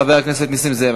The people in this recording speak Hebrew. חבר הכנסת נסים זאב.